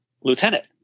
lieutenant